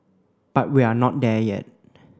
but we're not there yet